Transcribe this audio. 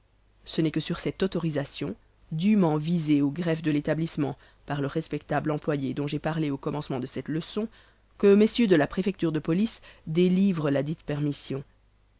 ce n'est que sur cette autorisation dûment visée au greffe de l'établissement par le respectable employé dont j'ai parlé au commencement de cette leçon que mm de la préfecture de police délivrent ladite permission